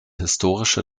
historische